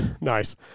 Nice